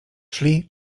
szli